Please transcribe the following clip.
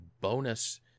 bonus